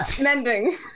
mending